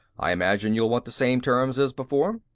i imagine you'll want the same terms as before.